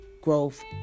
Growth